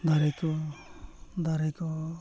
ᱫᱟᱨᱮ ᱠᱚ ᱫᱟᱨᱮ ᱠᱚ